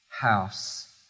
house